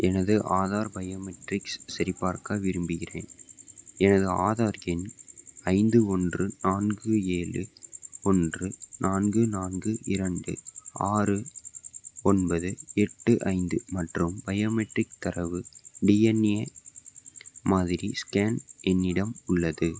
எனது ஆதார் பயோமெட்ரிக்ஸ் சரிபார்க்க விரும்புகிறேன் எனது ஆதார் எண் ஐந்து ஒன்று நான்கு ஏழு ஒன்று நான்கு நான்கு இரண்டு ஆறு ஒன்பது எட்டு ஐந்து மற்றும் பயோமெட்ரிக் தரவு டிஎன்ஏ மாதிரி ஸ்கேன் என்னிடம் உள்ளது